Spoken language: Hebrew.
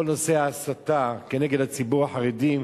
כל נושא ההסתה כנגד הציבור החרדי.